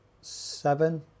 seven